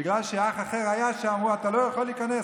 בגלל שאח אחר היה שם, אמרו: אתה לא יכול להיכנס.